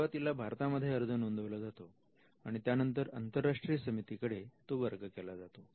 सुरुवातीला भारतामध्ये अर्ज नोंदविला जातो आणि त्यानंतर अंतरराष्ट्रीय समितीकडे तो वर्ग केला जातो